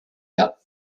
out